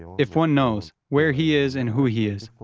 if one knows where he is and who he is.